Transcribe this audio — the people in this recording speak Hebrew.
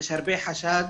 יש הרבה חשש,